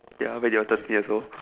ya when you're thirty years old